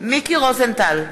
מיקי רוזנטל,